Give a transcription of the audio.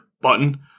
button